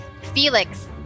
felix